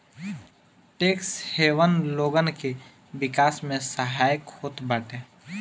tax haven लोगन के विकास में सहायक होत बाटे